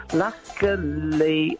luckily